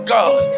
God